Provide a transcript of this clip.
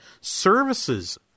Services